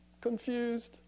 confused